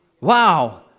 Wow